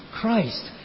Christ